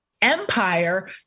empire